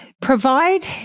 provide